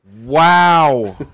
Wow